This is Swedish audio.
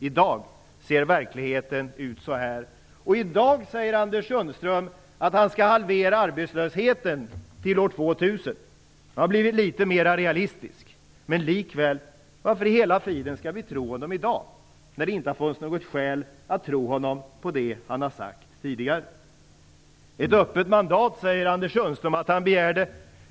I dag ser verkligheten ut på ett annat sätt. I dag säger Anders Sundström att han skall halvera arbetslösheten till år 2000. Han har blivit litet mera realistisk. Men varför i hela friden skall vi tro honom i dag, när det inte har funnits något skäl att tro det han har sagt tidigare? Anders Sundström säger att han begärde ett öppet mandat.